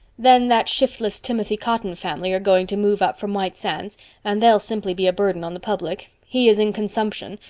then that shiftless timothy cotton family are going to move up from white sands and they'll simply be a burden on the public. he is in consumption.